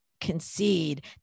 concede